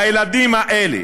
הילדים האלה,